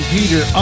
Peter